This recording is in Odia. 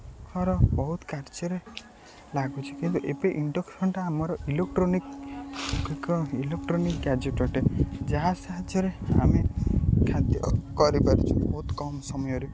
ଘର ବହୁତ କାର୍ଯ୍ୟରେ ଲାଗୁଛି କିନ୍ତୁ ଏବେ ଇଣ୍ଡକ୍ସନ୍ଟା ଆମର ଇୋକ୍ଟ୍ରୋନିକ୍ କ ଇଲୋକ୍ଟ୍ରୋନିକ୍ ଗ୍ୟାଜେଟ୍ ଅଟେ ଯାହା ସାହାଯ୍ୟରେ ଆମେ ଖାଦ୍ୟ କରିପାରୁଛୁ ବହୁତ କମ୍ ସମୟରେ